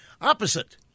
opposite